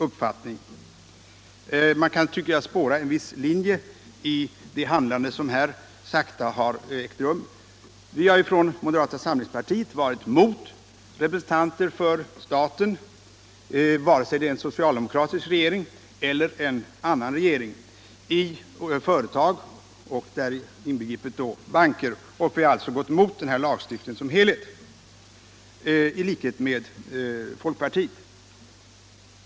Vi kan, tycker jag, spåra en viss linje i det handlande som här sakta ägt rum. Moderata samlingspartiet har varit emot representanter för staten i företagens styrelser, och däri inbegriper vi också banker. Det gäller vare sig vi har en socialdemokratisk regering eller en annan regering. Vi är alltså i likhet med folkpartiet emot denna lagstiftning som helhet.